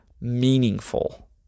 meaningful